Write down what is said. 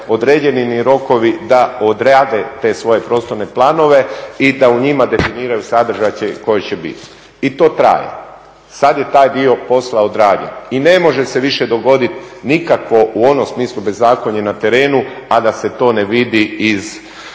određeni im rokovi da odrade te svoje prostorne planove i da u njima definiraju … koji će biti. I to traje, sad je taj dio posla odrađen i ne može se više dogoditi nikakvo, u onom smislu bezakonje na terenu, a da se to ne vidi iz,